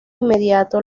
inmediato